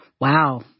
Wow